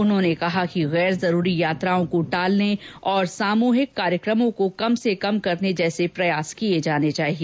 उन्होंने कहा कि गैर जरूरी यात्राओं को टालने और सामूहिक कार्यक्रमों को कम से कम करने जैसे प्रयास किये जाने चाहिए